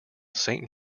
saint